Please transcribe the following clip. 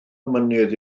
mynydd